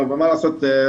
מה לעשות,